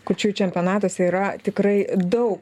kurčiųjų čempionatuose yra tikrai daug